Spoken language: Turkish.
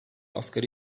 asgari